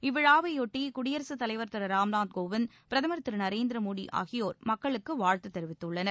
இவ்விழாவையொட்டி குடியரகத்தலைவர் திரு ராம் நாத் கோவிந்த் பிரதமர் திரு நரேந்திரமோடி ஆகியோர் மக்களுக்கு வாழ்த்து தெரிவித்துள்ளனர்